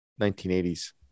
1980s